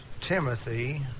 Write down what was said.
Timothy